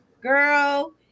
Girl